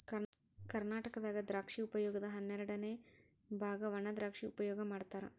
ಕರ್ನಾಟಕದಾಗ ದ್ರಾಕ್ಷಿ ಉಪಯೋಗದ ಹನ್ನೆರಡಅನೆ ಬಾಗ ವಣಾದ್ರಾಕ್ಷಿ ಉಪಯೋಗ ಮಾಡತಾರ